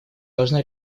должна